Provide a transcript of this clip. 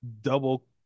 double